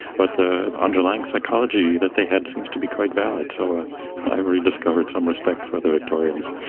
but the underlying psychology that they had seems to be quite valid. so ah i rediscovered some respect for the victorians.